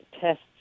tests